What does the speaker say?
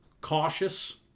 cautious